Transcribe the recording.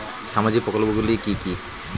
সামাজিক প্রকল্পগুলি কি কি?